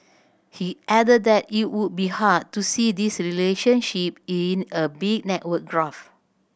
he added that it would be hard to see this relationship in a big network graph